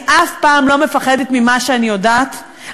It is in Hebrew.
אני אף פעם לא מפחדת ממה שאני יודעת,